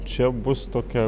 čia bus tokia